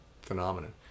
phenomenon